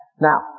Now